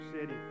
City